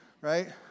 right